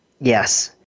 Yes